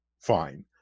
fine